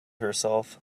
herself